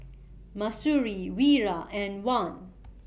Mahsuri Wira and Wan